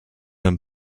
and